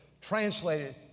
translated